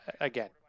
again